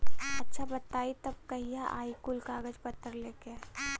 अच्छा बताई तब कहिया आई कुल कागज पतर लेके?